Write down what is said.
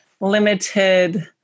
limited